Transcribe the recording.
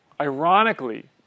ironically